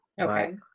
Okay